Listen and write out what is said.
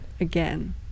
again